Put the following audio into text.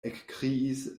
ekkriis